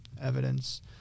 evidence